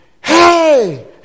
hey